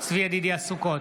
צבי ידידיה סוכות,